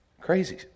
Crazy